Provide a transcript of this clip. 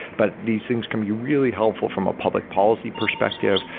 but these things can be really helpful from a public policy perspective,